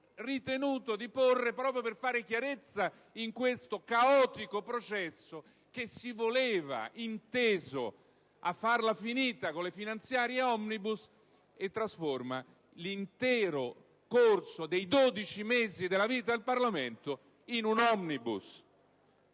la condividerà) proprio per fare chiarezza in questo caotico processo che si voleva inteso a farla finita con le finanziarie *omnibus* e poi trasforma l'intero corso dei 12 mesi della vita del Parlamento in un *omnibus*.